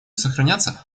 сохраняться